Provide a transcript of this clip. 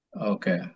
Okay